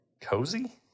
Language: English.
Cozy